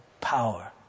power